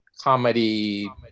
comedy